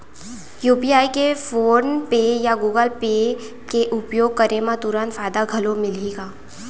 UPI के PhonePe या Google Pay के उपयोग करे म तुरंत फायदा घलो मिलही का?